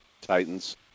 Titans